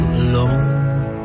alone